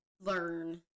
learn